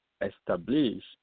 establish